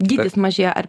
dydis mažejo ar